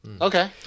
Okay